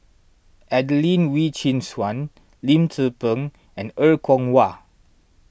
Adelene Wee Chin Suan Lim Tze Peng and Er Kwong Wah